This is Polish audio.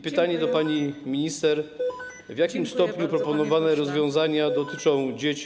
Pytanie do pani minister: W jakim stopniu proponowane rozwiązania dotyczą dzieci.